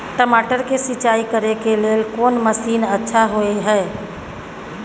टमाटर के सिंचाई करे के लेल कोन मसीन अच्छा होय है